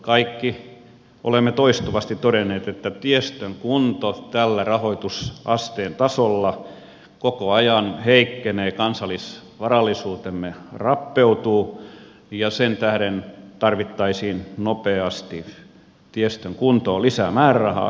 kaikki olemme toistuvasti todenneet että tiestön kunto tällä rahoitusasteen tasolla koko ajan heikkenee kansallisvarallisuutemme rappeutuu ja sen tähden tarvittaisiin nopeasti tiestön kuntoon lisää määrärahaa